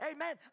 Amen